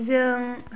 जों